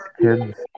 kids